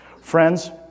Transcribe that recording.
Friends